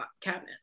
cabinet